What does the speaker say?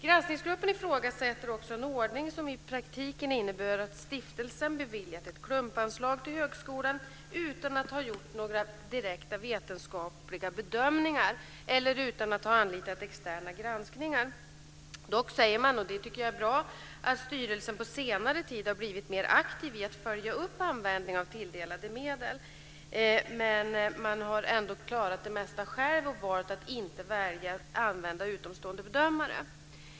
Granskningsgruppen ifrågasätter också en ordning som i praktiken innebär att stiftelsen beviljat ett klumpanslag till högskolan utan att ha gjort några direkta vetenskapliga bedömningar eller anlitat externa granskningar. Dock säger man, vilket jag tycker är bra, att styrelsen på senare tid har blivit mer aktiv i att följa upp användningen av tilldelade medel. Men man har ändå klarat det mesta själv och valt att inte använda utomstående bedömare.